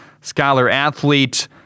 Scholar-Athlete